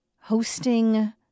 hosting